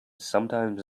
sometimes